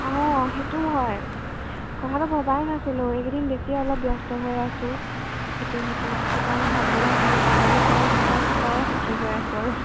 অঁ সেইটোও হয় কথাটো ভবাই নাছিলোঁ এইকেইদিন বেছি অলপ ব্যস্ত হৈ আছোঁ ইটো সিটোত সেইকাৰণে ভাবিবলৈ সময়ে পোৱা নাই লোকৰ ষ্টেটাছ চায়ে সুখী হৈ আছোঁ আৰু